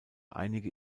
einige